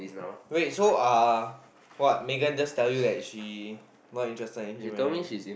wait so uh what Megan just tell you that she not interested in him already